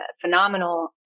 phenomenal